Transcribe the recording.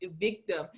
victim